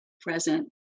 present